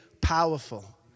powerful